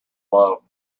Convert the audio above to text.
low